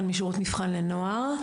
אני משירות מבחן לנוער.